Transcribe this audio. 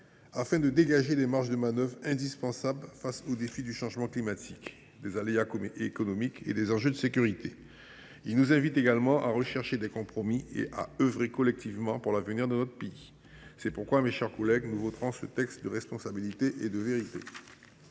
afin de dégager des marges de manœuvre indispensables pour relever les défis du changement climatique, des aléas économiques et des enjeux de sécurité. Il nous invite également à rechercher des compromis et à œuvrer collectivement pour l’avenir de notre pays. C’est pourquoi, mes chers collègues, nous voterons ce texte de responsabilité et de vérité.